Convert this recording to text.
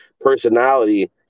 personality